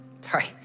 Sorry